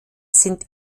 sind